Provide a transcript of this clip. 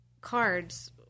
cards